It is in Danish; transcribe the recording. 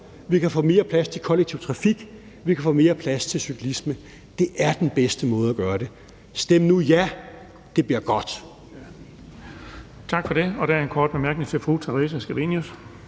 vi kan få mere plads til kollektiv trafik, og vi kan få mere plads til cyklisme. Det er den bedste måde at gøre det på. Stem nu ja! Det bliver godt.